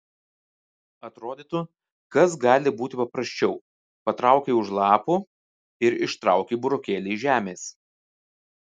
atrodytų kas gali būti paprasčiau patraukei už lapų ir ištraukei burokėlį iš žemės